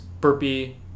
burpee